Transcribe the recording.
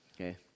okay